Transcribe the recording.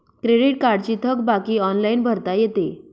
credit कार्डची थकबाकी online भरता येते